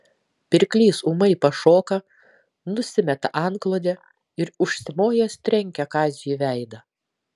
pirklys ūmai pašoka nusimeta antklodę ir užsimojęs trenkia kaziui į veidą